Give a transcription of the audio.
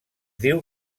diu